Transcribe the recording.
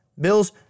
Bills